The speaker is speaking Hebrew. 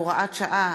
הוראת שעה),